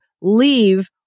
leave